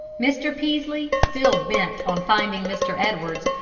mr. peaslee, still bent on finding mr. edwards,